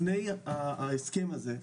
לפני ההסכם הזה,